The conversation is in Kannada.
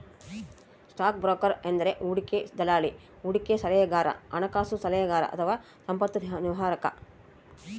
ಸ್ಟಾಕ್ ಬ್ರೋಕರ್ ಎಂದರೆ ಹೂಡಿಕೆ ದಲ್ಲಾಳಿ, ಹೂಡಿಕೆ ಸಲಹೆಗಾರ, ಹಣಕಾಸು ಸಲಹೆಗಾರ ಅಥವಾ ಸಂಪತ್ತು ನಿರ್ವಾಹಕ